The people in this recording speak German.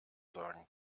sagen